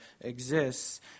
exists